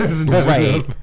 Right